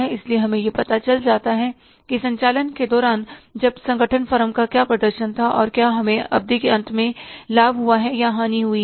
इसलिए हमें यह पता चल जाता है कि संचालन के दौरान जब संगठन फर्म का क्या प्रदर्शन था और क्या हमें अवधि के अंत में लाभ या हानि हुई है